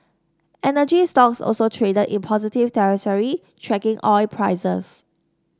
energy stocks also traded in positive territory tracking oil prices